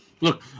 look